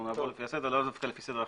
נלך לפי הסדר ולאו דווקא לפי סדר החשיבות.